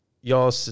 y'all